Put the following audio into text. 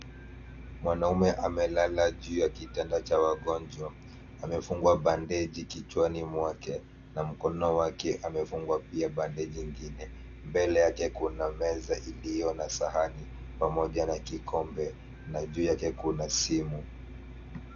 Mwanaume amelala juu ya kitanda cha wagonjwa. Amefungwa bandeji kichwani mwake na mkono wake amefungwa pia bandeji ingine. Mbele yake kuna meza iliyo na sahani pamoja na kikombe na juu yake kuna simu.